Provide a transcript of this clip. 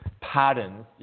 patterns